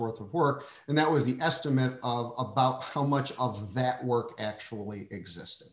worth of work and that was the estimate of about how much of that work actually exist